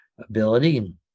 ability